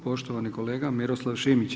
Poštovani kolega Miroslav Šimić.